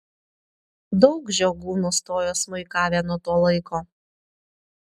daug žiogų nustojo smuikavę nuo to laiko